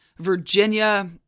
Virginia